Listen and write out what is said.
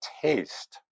taste